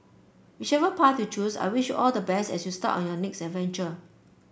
whichever path you choose I wish you all the best as you start on your next adventure